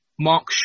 Mark